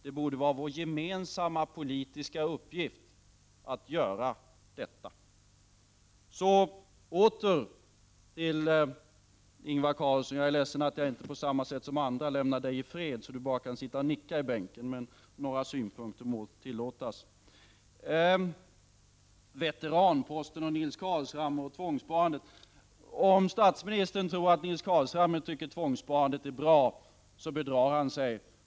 Det bör vara vår gemensamma politiska uppgift att göra det. Jag vänder mig så åter till Ingvar Carlsson. Jag är ledsen att jag inte på samma sätt som andra lämnar honom i fred så att han kan sitta och nicka i bänken. Det må tillåtas mig att framföra några synpunkter på vad han har sagt. Ingvar Carlsson talade om Veteranposten, Nils Carlshamre och tvångssparande. Om statsministern tror att Nils Carlshamre tycker att tvångssparandet är bra, så bedrar han sig.